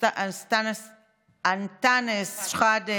אנטאנס שחאדה,